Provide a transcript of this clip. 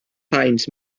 finds